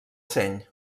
seny